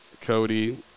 Cody